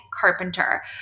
Carpenter